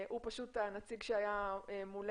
הוא פשוט הנציג שהיה מולנו.